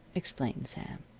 explained sam.